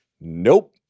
Nope